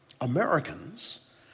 Americans